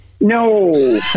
No